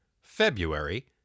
February